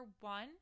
one